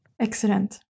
Excellent